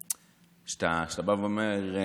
שבהם אתה בא ואומר,